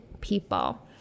people